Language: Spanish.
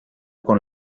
con